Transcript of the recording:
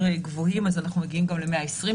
גבוהים אז אנחנו מגיעים גם ל-120,000-140,000,